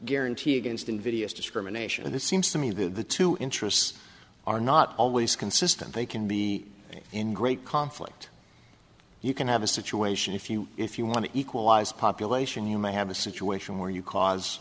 guarantee against invidious discrimination and it seems to me that the two interests are not always consistent they can be in great conflict you can have a situation if you if you want to equalize population you may have a situation where you c